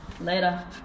later